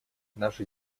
наша